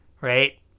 Right